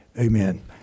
Amen